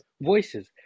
voices